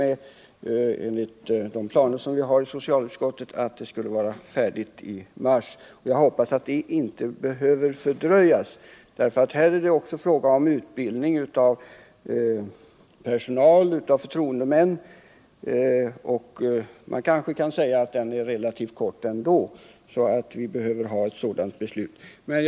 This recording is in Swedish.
Enligt våra planer i socialutskottet har vi räknat med att det skall komma i mars. Jag hoppas att det inte behöver fördröjas, för det är här också fråga om utbildning av personal och förtroendemän. Man kanske kan säga att tiden för utbildning blir relativt kort, även om ett beslut kommer planenligt.